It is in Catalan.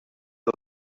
del